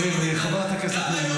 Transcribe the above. כן, חברת הכנסת מלינובסקי.